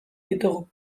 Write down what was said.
ditugu